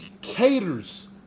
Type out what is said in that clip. caters